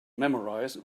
memorize